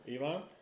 Elon